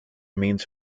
means